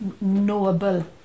knowable